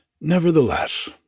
Nevertheless